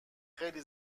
خیلی